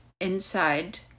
inside